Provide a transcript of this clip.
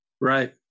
Right